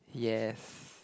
yes